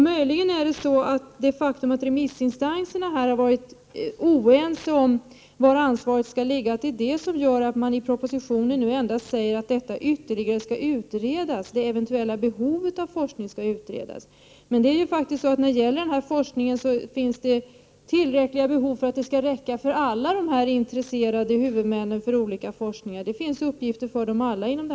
Möjligen är det så att det faktum att remissinstanserna har varit oense om var ansvaret skall ligga gör att man i propositionen endast säger att det eventuella behovet av forskning skall utredas ytterligare. Men det är så att här finns tillräckliga behov för att det skall räcka för alla intresserade huvudmän för olika forskningsområden; det finns uppgifter för dem alla.